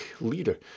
leader